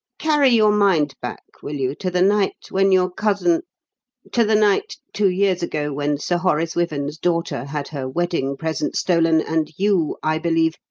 carry your mind back, will you, to the night when your cousin to the night two years ago when sir horace wyvern's daughter had her wedding presents stolen and you, i believe,